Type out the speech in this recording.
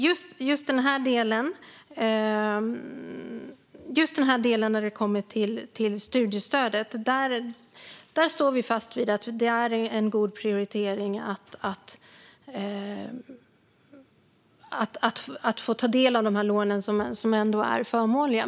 Just när det gäller studiestödet står vi fast vid att det är en god prioritering att man får ta del av de här lånen, som ändå är förmånliga.